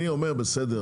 רגע,